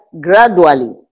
gradually